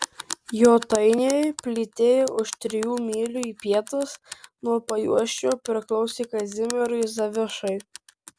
jotainiai plytėję už trijų mylių į pietus nuo pajuosčio priklausė kazimierui zavišai